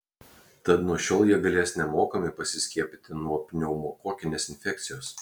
tad nuo šiol jie galės nemokamai pasiskiepyti nuo pneumokokinės infekcijos